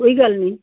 ਕੋਈ ਗੱਲ ਨਹੀਂ